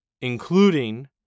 including